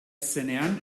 zenean